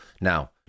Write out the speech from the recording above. Now